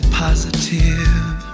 positive